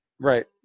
Right